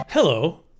Hello